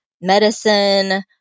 medicine